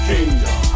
Kingdom